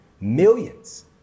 millions